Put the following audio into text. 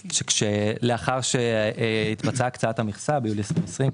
לאחר ההחלטה על הקצאת המכסה ביולי 2020,